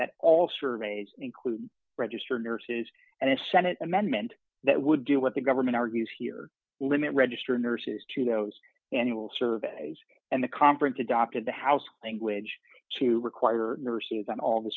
that all surveys include registered nurses and a senate amendment that would do what the government argues here limit register nurses to those annual survey and the conference adopted the house language to require nurses on all the